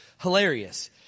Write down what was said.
hilarious